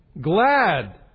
glad